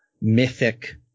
mythic